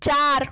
চার